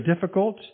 difficult